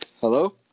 hello